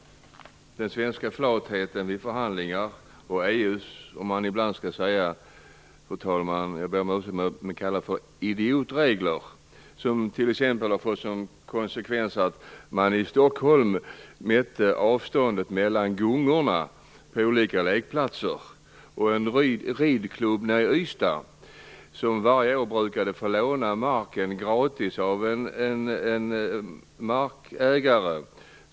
Den svenska flatheten vid förhandlingar och EU:s "idiotregler"- jag ber om ursäkt, fru talman - har t.ex. fått som konsekvens att man i Stockholm mätte avståndet mellan gungorna på olika lekplatser. En ridklubb nere i Ystad brukade varje år få låna marken gratis av en markägare.